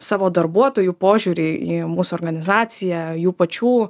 savo darbuotojų požiūrį į mūsų organizaciją jų pačių